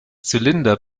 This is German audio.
zylinder